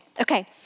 Okay